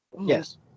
Yes